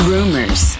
Rumors